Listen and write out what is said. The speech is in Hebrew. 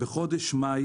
בחודש מאי